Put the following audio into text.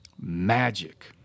Magic